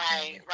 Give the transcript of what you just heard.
Right